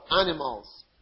animals